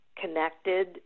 connected